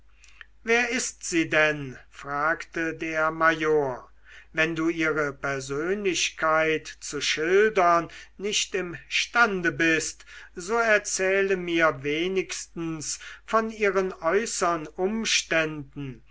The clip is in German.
wer ist sie denn fragte der major wenn du ihre persönlichkeit zu schildern nicht imstande bist so erzähle mir wenigstens von ihren äußern umständen